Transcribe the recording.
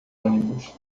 ônibus